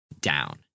down